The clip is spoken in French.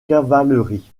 cavalerie